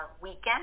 weekend